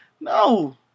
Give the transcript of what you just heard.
No